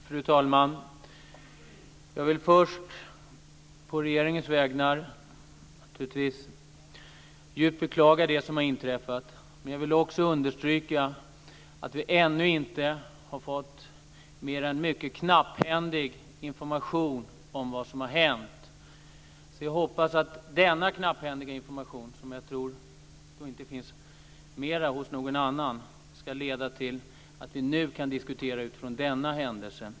Fru talman! Jag vill först på regeringens vägnar djupt beklaga det som har inträffat, men jag vill också understryka att vi ännu inte har fått mer än mycket knapphändig information om vad som har hänt. Jag tror inte att någon annan har mer information. Vi kan inte nu diskutera utifrån denna händelse.